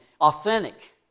authentic